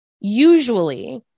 usually